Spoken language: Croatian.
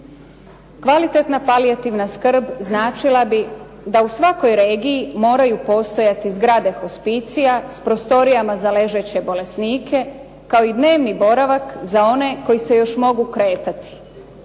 Kvalitetna palijativna skrb značila bi da u svakoj regiji moraju postojati zgrade hospicija s prostorijama za ležeće bolesnike kao i dnevni boravak za one koji se još mogu kretati.